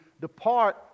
depart